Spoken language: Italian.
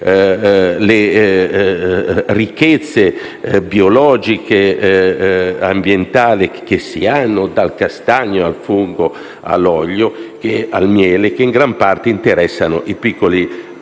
sulle ricchezze biologiche ambientali che si possiedono, dal castagno al fungo, all'olio, al miele, che in gran parte interessano i piccoli